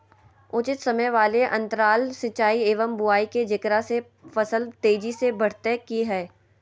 उचित समय वाले अंतराल सिंचाई एवं बुआई के जेकरा से फसल तेजी से बढ़तै कि हेय?